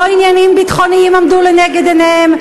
לא עניינים ביטחוניים עמדו לנגד עיניהם,